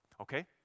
Okay